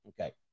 Okay